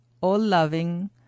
all-loving